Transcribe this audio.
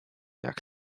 jak